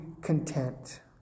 content